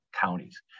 counties